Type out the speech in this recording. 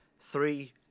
Three